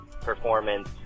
performance